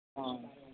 ᱦᱮᱸ